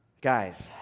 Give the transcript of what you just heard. guys